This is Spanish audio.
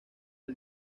del